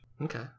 Okay